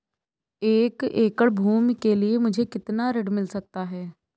एक एकड़ भूमि के लिए मुझे कितना ऋण मिल सकता है?